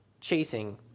chasing